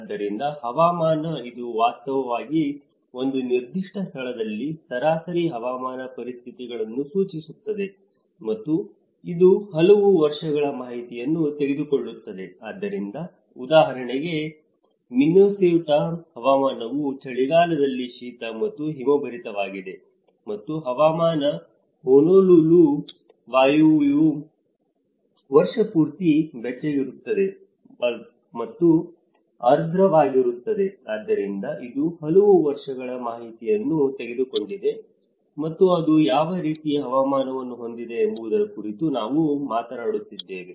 ಆದ್ದರಿಂದ ಹವಾಮಾನ ಇದು ವಾಸ್ತವವಾಗಿ ಒಂದು ನಿರ್ದಿಷ್ಟ ಸ್ಥಳದಲ್ಲಿ ಸರಾಸರಿ ಹವಾಮಾನ ಪರಿಸ್ಥಿತಿಗಳನ್ನು ಸೂಚಿಸುತ್ತದೆ ಮತ್ತು ಇದು ಹಲವು ವರ್ಷಗಳ ಮಾಹಿತಿಯನ್ನು ತೆಗೆದುಕೊಳ್ಳುತ್ತದೆ ಆದ್ದರಿಂದ ಉದಾಹರಣೆಗೆ ಮಿನ್ನೇಸೋಟದ ಹವಾಮಾನವು ಚಳಿಗಾಲದಲ್ಲಿ ಶೀತ ಮತ್ತು ಹಿಮಭರಿತವಾಗಿದೆ ಮತ್ತು ಹವಾಮಾನ ಹೊನೊಲುಲು ಹವಾಯಿಯು ವರ್ಷಪೂರ್ತಿ ಬೆಚ್ಚಗಿರುತ್ತದೆ ಮತ್ತು ಆರ್ದ್ರವಾಗಿರುತ್ತದೆ ಆದ್ದರಿಂದ ಇದು ಹಲವು ವರ್ಷಗಳ ಮಾಹಿತಿಯನ್ನು ತೆಗೆದುಕೊಂಡಿದೆ ಮತ್ತು ಅದು ಯಾವ ರೀತಿಯ ಹವಾಮಾನವನ್ನು ಹೊಂದಿದೆ ಎಂಬುದರ ಕುರಿತು ನಾವು ಮಾತನಾಡುತ್ತಿದ್ದೇವೆ